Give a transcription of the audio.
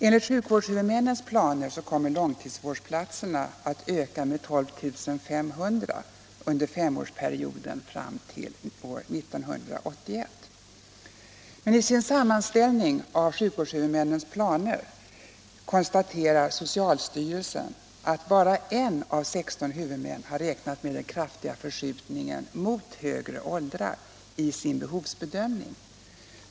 Enligt sjukvårdshuvudmännens planer kommer antalet långvårdsplatser att öka med 12500 under femårsperioden fram till år 1981. I sin sammanställning av sjukvårdshuvudmännens planer konstaterar socialstyrelsen att endast en av 16 huvudmän räknar med den kraftiga förskjutningen mot högre åldrar i sin behovsbedömning.